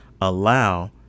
allow